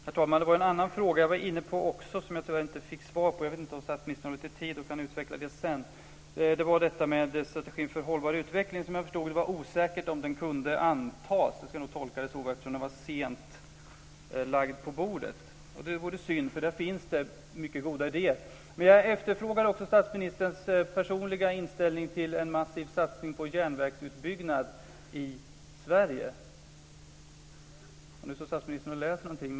Herr talman! Det var en annan fråga som jag också var inne på som jag tyvärr inte fick svar på. Jag vet inte om statsministern har lite tid kvar och kan utveckla den sedan. Det gällde detta med strategin för en hållbar utveckling. Vad jag förstod var det osäkert om den kunde antas. Jag skulle nog tolka det så, eftersom den var sent lagd på bordet. Det vore synd, för där finns det många goda idéer. Jag efterfrågar också statsministerns personliga inställning till en massiv satsning på järnvägsutbyggnad i Sverige. Nu står statsministern och läser någonting.